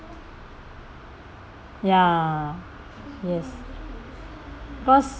ya yes because